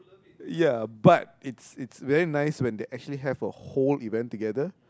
ya but it's it's very nice when they actually have a whole event together